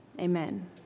amen